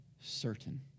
certain